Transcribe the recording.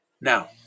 Now